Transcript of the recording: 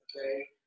Okay